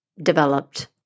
developed